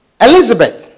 Elizabeth